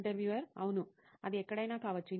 interviewer అవును అది ఎక్కడైనా కావచ్చు